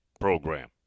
program